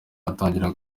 atangira